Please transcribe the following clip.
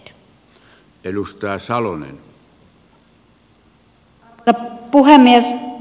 arvoisa puhemies